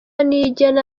niyigena